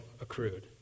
accrued